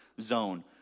zone